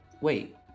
Wait